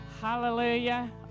Hallelujah